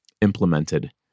implemented